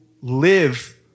live